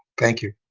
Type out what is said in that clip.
thank you.